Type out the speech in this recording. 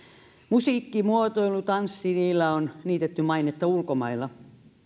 musiikki muotoilu ja tanssi niillä on niitetty mainetta ulkomailla